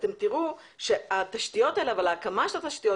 אתם תראו שהתשתיות האלה והקמת התשתיות